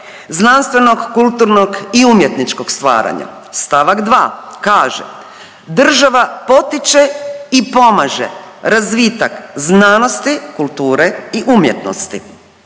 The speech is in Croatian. znanstvenog, kulturnog i umjetničkog stvaranja. St. 2 kaže država potiče i pomaže razvitak znanosti, kulture i umjetnosti.